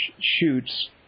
shoots